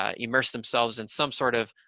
ah immerse themselves in some sort of